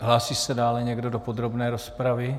Hlásí se dále někdo do podrobné rozpravy?